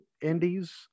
indies